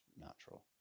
natural